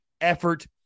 effort